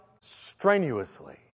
strenuously